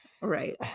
right